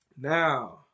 Now